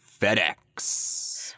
FedEx